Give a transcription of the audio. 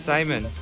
Simon